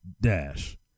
Dash